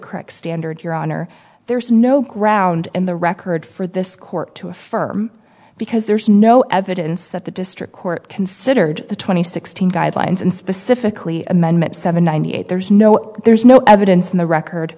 correct standard your honor there's no ground in the record for this court to affirm because there's no evidence that the district court considered the two thousand and sixteen guidelines and specifically amendment seven ninety eight there's no there's no evidence in the record